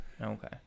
Okay